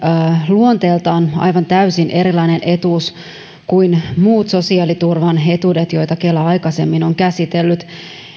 luonteeltaan aivan täysin erilainen etuus kuin muut sosiaaliturvaetuudet joita kela aikaisemmin on käsitellyt